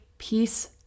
peace